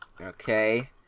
Okay